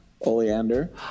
oleander